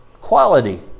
Quality